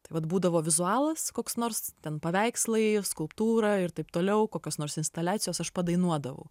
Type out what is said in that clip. tai vat būdavo vizualas koks nors ten paveikslai skulptūra ir taip toliau kokios nors instaliacijos aš padainuodavau